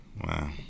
Wow